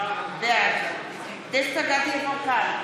בעד דסטה גדי יברקן,